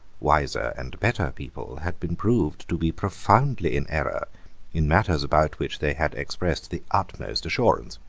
wiser, and better people had been proved to be profoundly in error in matters about which they had expressed the utmost assurance.